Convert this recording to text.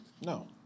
No